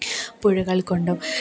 പുഴകൾ കൊണ്ടും